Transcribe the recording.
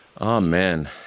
Amen